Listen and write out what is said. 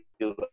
feel